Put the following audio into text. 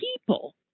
people